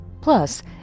Plus